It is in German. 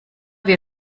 wir